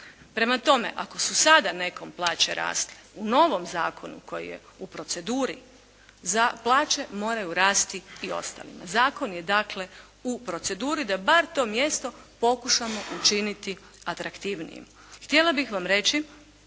Prema tome, ako su sada nekome plaće rasle u novom zakonu koji je u proceduri plaće moraju rasti i ostalima. Zakon je dakle u proceduri da bar to mjesto pokušamo učiniti atraktivnijim.